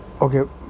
okay